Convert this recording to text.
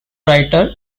writer